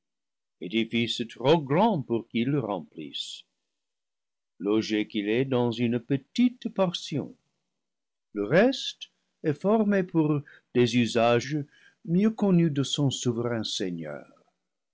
trop grand pour qu'il le remplisse logé qu'il est dans une petite portion le reste est formé pour des usages mieux connus de son souverain seigneur